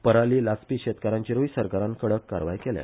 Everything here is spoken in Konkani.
पराली लासपी शेतकारांचेरुय सरकारान कडक कारवाय केल्या